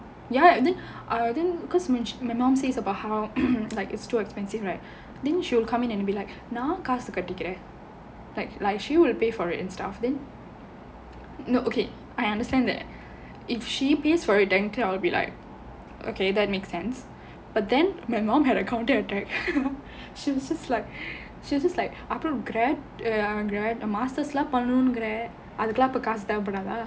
ya and then err then because my my mom says about how like it's too expensive right then she will come in and be like நான் காசு கட்டிக்கிறேன்:naan kaasu kattikkiraen like like she will pay for it and stuff then no okay I understand that if she pays for it then I will be like okay that makes sense but then my mom had a counter attack she was just like she's just like அப்புறம்:appuram grea~ great masters லாம் பண்ணணும்கிற அதுக்குலாம் அப்போ காசு தேவை படாதா:laam pannanumgira adhukulaam appo kaasu thevai padathaa